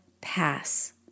pass